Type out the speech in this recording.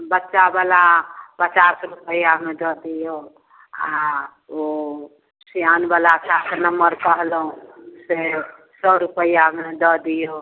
बच्चावला पचास रुपैआमे दऽ दिऔ आओर ओ सिआनवला सात नम्मर कहलहुँ से सौ रुपैआमे दऽ दिऔ